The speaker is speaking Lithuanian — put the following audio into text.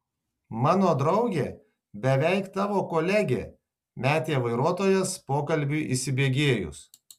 mano draugė beveik tavo kolegė metė vairuotojas pokalbiui įsibėgėjus